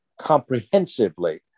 comprehensively